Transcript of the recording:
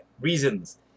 reasons